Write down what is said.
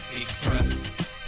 Express